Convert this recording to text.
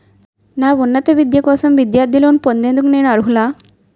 నా ఉన్నత విద్య కోసం విద్యార్థి లోన్ పొందేందుకు నేను అర్హులా?